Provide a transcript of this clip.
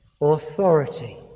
authority